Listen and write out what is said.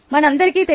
మనందరికీ తెలుసు